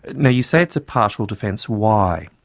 now, you say it's a partial defence. why?